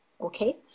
okay